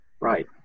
Right